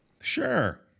Sure